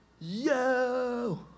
yo